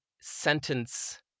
sentence